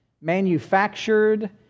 manufactured